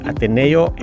Ateneo